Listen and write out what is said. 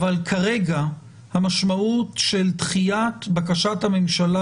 אבל כרגע המשמעות של דחיית בקשת הממשלה